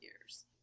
years